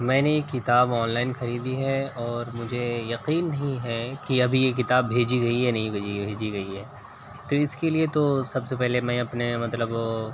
میں نے یہ کتاب آن لائن خریدی ہے اور مجھے یقین نہیں ہے کہ ابھی یہ کتاب بھیجی گئی یا نہیں بھیجی گئی بھیجی گئی ہے تو اس کے لیے تو سب سے پہلے میں اپنے مطلب